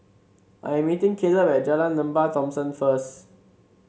I am meeting Kaleb at Jalan Lembah Thomson first